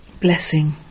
Blessing